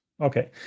Okay